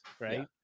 right